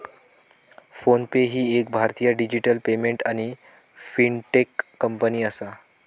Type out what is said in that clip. phone पे ही एक भारतीय डिजिटल पेमेंट आणि फिनटेक कंपनी आसा